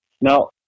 Now